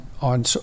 on